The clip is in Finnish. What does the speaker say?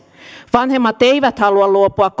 vanhemmat eivät halua luopua